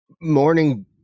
Morning